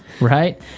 right